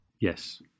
Yes